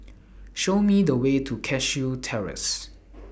Show Me The Way to Cashew Terrace